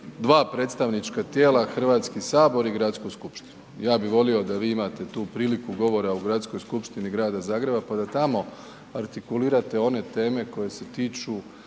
dva predstavnička tijela, Hrvatski sabor i Gradsku skupštinu. Ja bi volio da vi imate tu priliku govora u Gradskoj skupštini grada Zagreba pa da tamo artikulirate one teme koje se tiču